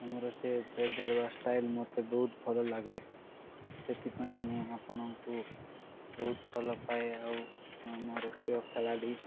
ତମର ସେ ବଲ୍ ଧରବା ଷ୍ଟାଇଲ ମତେ ବହୁତ ଭଲ ଲାଗେ ସେଥିପାଇଁ ମୁଁ ଆପଣଙ୍କୁ ବହୁତ ଭଲ ପାଏ ଆଉ ମୋର ପ୍ରିୟ ଖେଳାଡ଼ି